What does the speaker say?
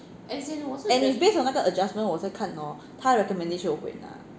and is based on 那个 adjustment 我再看 lor 他的 recommendation 我会不会拿